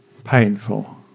painful